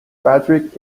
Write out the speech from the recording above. patrick